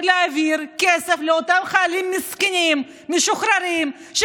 להעביר כסף לאותם חיילים משוחררים מסכנים,